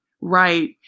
right